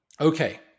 okay